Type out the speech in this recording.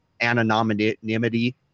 Anonymity